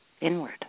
Inward